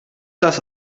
das